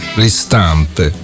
ristampe